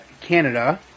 Canada